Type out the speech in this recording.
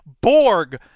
Borg